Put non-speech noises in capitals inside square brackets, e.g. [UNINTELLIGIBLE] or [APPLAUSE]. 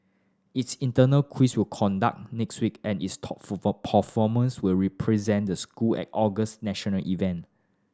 its internal quiz will conduct next week and its top [UNINTELLIGIBLE] performers will represent the school at August national event